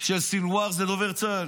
של סנוואר זה דובר צה"ל,